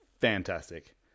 fantastic